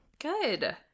Good